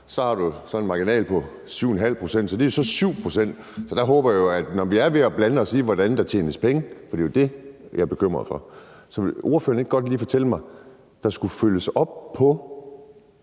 så er der en marginal på 7,5 pct.; det er jo så 7 pct. Så det håber jeg jo, når vi er ved at blande os i, hvordan der tjenes penge, for det er jo det, jeg er bekymret for. Så vil ordføreren ikke godt lige fortælle mig: Skulle der følges op på